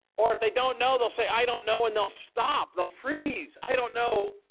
or if they don't know they'll say, i don't know, and they'll stop, they'll freeze. i don't know